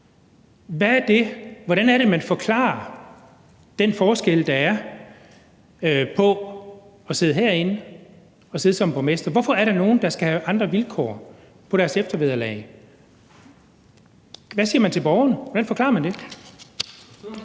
Hvordan forklarer man den forskel, der er, på at sidde herinde og at sidde som borgmester? Hvorfor er der nogle, der skal have andre vilkår i forhold til deres eftervederlag? Hvad siger man til borgerne? Hvordan forklarer man det?